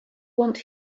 want